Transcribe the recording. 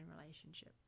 relationship